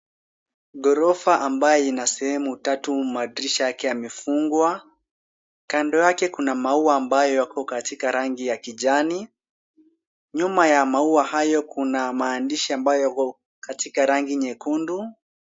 Ghorofa ambayo ina sehemu tatu madirisha yake yamefungwa. Kando yake kuna maua ambayo yako katika rangi ya kijani. Nyuma ya maua hayo kuna maandishi ambayo yako katika rangi nyekundu.